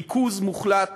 ריכוז מוחלט